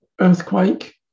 earthquake